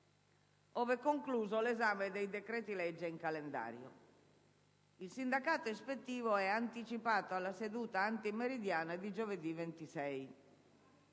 ove concluso 1'esame dei decreti-legge in calendario. Il sindacato ispettivo è anticipato alla seduta antimeridiana di giovedì 26.